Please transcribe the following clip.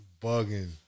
bugging